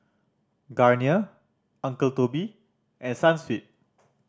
Garnier Uncle Toby and Sunsweet